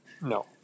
No